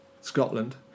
Scotland